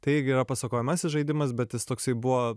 tai irgi yra pasakojamasis žaidimas bet jis toksai buvo